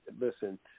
Listen